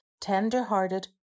tender-hearted